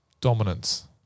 dominance